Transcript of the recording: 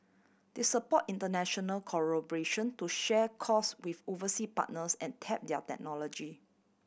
they support international collaboration to share cost with oversea partners and tap their technology